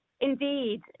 indeed